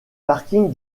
parking